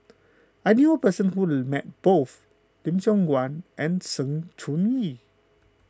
I knew a person who met both Lim Siong Guan and Sng Choon Yee